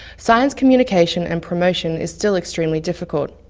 science communication and promotion is still extremely difficult.